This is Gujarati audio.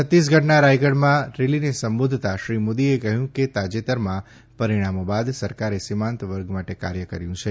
છત્તીસગઢના રાથગઢમાં રેલીને સંબોધતાં શ્રી મોદીએ કહ્યું કે તાજેતરમાં પરિણામો બાદ સરકારે સીમાંત વર્ગ માટે કાર્ય કર્યું છે